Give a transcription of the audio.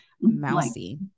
Mousy